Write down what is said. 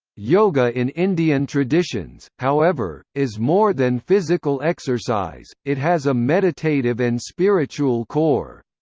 yoga in indian traditions, however, is more than physical exercise it has a meditative and spiritual core.